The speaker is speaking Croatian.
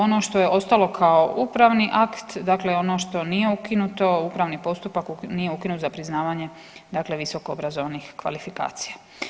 Ono što je ostalo kao upravni akt, dakle ono što nije ukinuto, upravni postupak nije ukinut za priznavanje dakle visokoobrazovnih kvalifikacija.